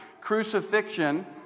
Crucifixion